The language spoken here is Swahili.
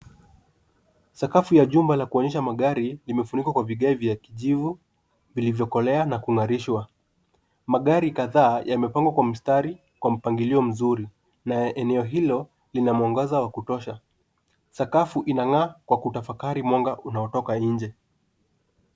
Sakafu ya jumba la kuonyesha magari imefunikwa kwa vigae vya kijivu, vilivyokolea na kung'arishwa. Magari kadhaa yamepangwa kwa mstari kwa mpangilio mzuri na eneo hilo ina mwanga wa kutosha. Sakafu inang'aa kwa kutafakari mwanga unaotoka nje.